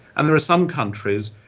and there are some countries,